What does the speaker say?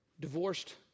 Divorced